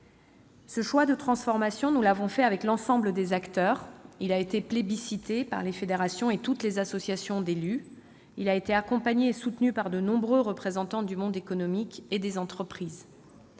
Ce choix de transformation, nous l'avons fait avec l'ensemble des acteurs. Il a été plébiscité par les fédérations et par toutes les associations d'élus. Il a été accompagné et soutenu par de nombreux représentants du monde économique et des entreprises.